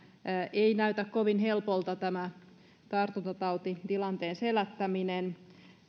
ei näytä kovin helpolta tämä tartuntatautitilanteen selättäminen